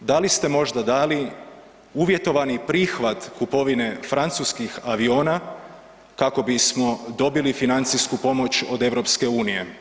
Da li ste možda dali uvjetovani prihvat kupovine francuskih aviona kako bismo dobili financijsku pomoć od EU?